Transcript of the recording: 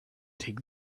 take